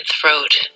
throat